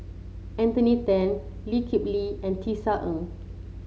Anthony Then Lee Kip Lee and Tisa Ng